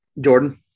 Jordan